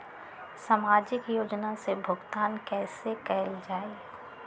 सामाजिक योजना से भुगतान कैसे कयल जाई?